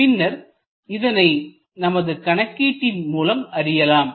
பின்னர் இதனை நமது கணக்கீட்டின் மூலம் அறியலாம்